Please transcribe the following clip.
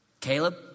Caleb